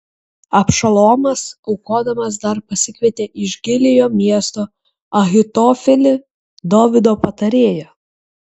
abšalomas aukodamas dar pasikvietė iš gilojo miesto ahitofelį dovydo patarėją